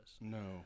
No